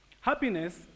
Happiness